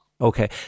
Okay